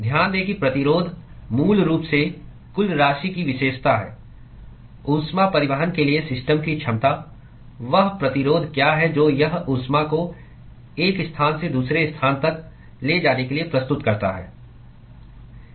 ध्यान दें कि प्रतिरोध मूल रूप से कुल राशि की विशेषता है ऊष्मा परिवहन के लिए सिस्टम की क्षमता वह प्रतिरोध क्या है जो यह ऊष्मा को एक स्थान से दूसरे स्थान तक ले जाने के लिए प्रस्तुत करता है